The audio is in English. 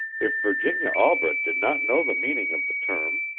if virginia albret did not know the meaning of the term,